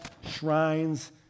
shrines